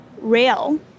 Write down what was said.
rail